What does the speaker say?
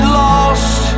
lost